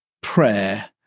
Prayer